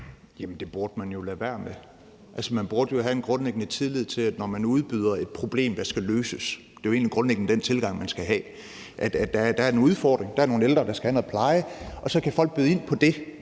Jamen det burde man jo lade være med. Altså, man burde jo have en grundlæggende tillid til, at når man udbyder en opgave med et problem, der skal løses – det er jo egentlig grundlæggende den tilgang, man skal have – altså når der er en udfordring med, at der er nogle ældre, der skal have noget pleje, så kan folk byde ind på det